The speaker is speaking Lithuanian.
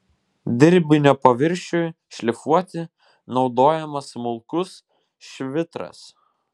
dirbinio paviršiui šlifuoti naudojamas smulkus švitras